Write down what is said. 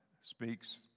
speaks